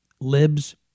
Libs